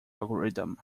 algorithm